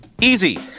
Easy